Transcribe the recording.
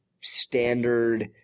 standard